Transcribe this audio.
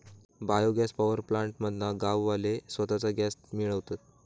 bio gas power plant मधना गाववाले स्वताच गॅस मिळवतत